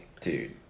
Dude